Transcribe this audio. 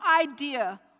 idea